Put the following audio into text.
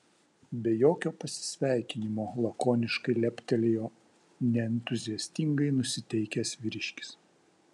be jokio pasisveikinimo lakoniškai leptelėjo neentuziastingai nusiteikęs vyriškis